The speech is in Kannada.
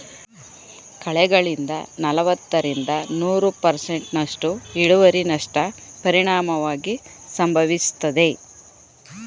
ಕಳೆಗಳಿಂದ ನಲವತ್ತರಿಂದ ನೂರು ಪರ್ಸೆಂಟ್ನಸ್ಟು ಇಳುವರಿನಷ್ಟ ಪರಿಣಾಮವಾಗಿ ಸಂಭವಿಸ್ತದೆ